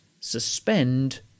SUSPEND